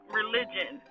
religion